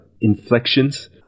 inflections